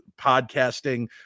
podcasting